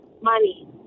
money